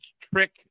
trick